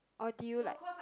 or did you like